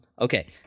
Okay